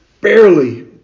barely